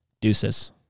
deuces